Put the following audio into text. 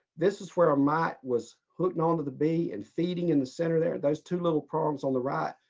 this is where a mite was hooked on to the bee and feeding in the center there, those two little prongs on the right,